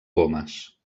gomes